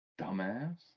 dumbass